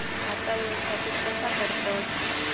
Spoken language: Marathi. खाता व्यवस्थापित कसा करतत?